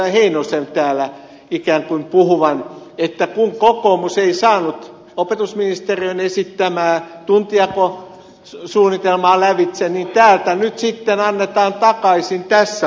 heinosen täällä ikään kuin puhuvan että kun kokoomus ei saanut opetusministeriön esittämää tuntijakosuunnitelmaa lävitse niin täältä nyt sitten annetaan takaisin tässä asiassa